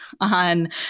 on